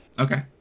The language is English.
Okay